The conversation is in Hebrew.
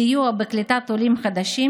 סיוע בקליטת עולים חדשים,